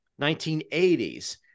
1980s